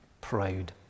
proud